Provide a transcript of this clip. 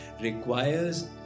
requires